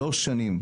שלוש שנים.